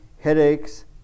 headaches